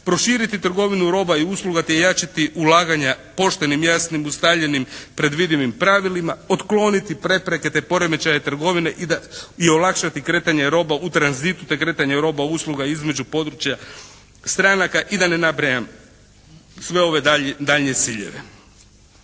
proširiti trgovinu roba i usluga, te ojačati ulaganja poštenim, jasnim, ustaljenim, predvidivim pravilima, otkloniti prepreke, te poremećaje trgovine i olakšati kretanje roba u tranzitu, te kretanje roba, usluga između područja stranaka i da ne nabrajam sve ove daljnje ciljeve.